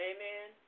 Amen